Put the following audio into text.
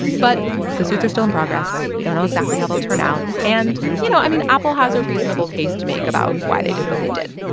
but the suits are still in progress. we don't know exactly how they'll turn out. and, you know, i mean, apple has a reasonable case to make about why they did what they did.